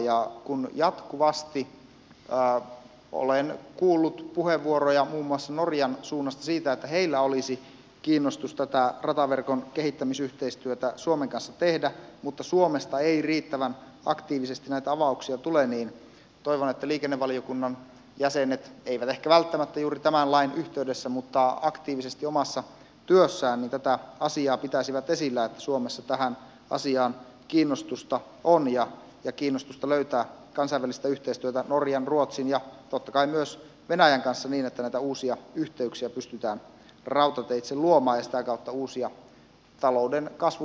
kun jatkuvasti olen kuullut puheenvuoroja muun muassa norjan suunnasta siitä että heillä olisi kiinnostusta tätä rataverkon kehittämisyhteistyötä suomen kanssa tehdä mutta suomesta ei riittävän aktiivisesti näitä avauksia tule niin toivon että liikennevaliokunnan jäsenet ei ehkä välttämättä juuri tämän lain yhteydessä mutta aktiivisesti omassa työssään tätä asiaa pitäisivät esillä että suomessa tähän asiaan kiinnostusta on ja kiinnostusta löytää kansainvälistä yhteistyötä norjan ruotsin ja totta kai myös venäjän kanssa niin että näitä uusia yhteyksiä pystytään rautateitse luomaan ja sitä kautta uusia talouden kasvumahdollisuuksia suomelle